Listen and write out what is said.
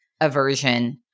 aversion